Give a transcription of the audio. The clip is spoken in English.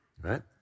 right